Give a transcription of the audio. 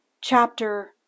chapter